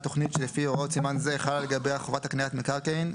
תוכנית שלפי הוראות סימן זה חלה לגביה חובת הקניית מקרקעין,